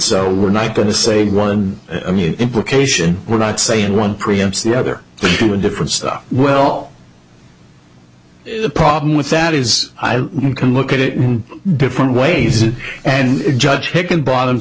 so we're not going to say one implication we're not saying one preempts the other but to a different stuff well the problem with that is i can look at it in different ways and and judge taken bottom